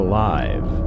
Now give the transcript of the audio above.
Alive